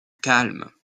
calmes